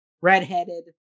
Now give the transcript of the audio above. redheaded